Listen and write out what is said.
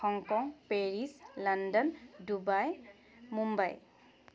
Hong Kong Paris London Dubai Mumbai